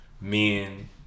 men